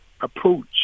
approach